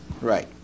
Right